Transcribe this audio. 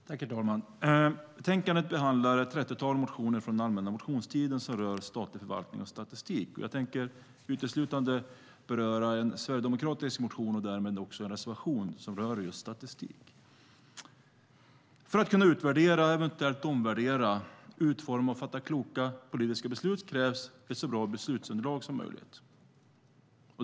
Herr talman! I betänkandet behandlas ett 30-tal motioner från den allmänna motionstiden som rör statlig förvaltning och statistik. Jag tänker uteslutande beröra en sverigedemokratisk motion, och därmed också en reservation, som rör just statistik. För att kunna utvärdera och eventuellt omvärdera, utforma och fatta kloka politiska beslut krävs ett så bra beslutsunderlag som möjligt.